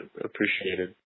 appreciated